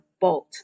bolt